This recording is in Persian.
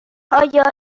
آیا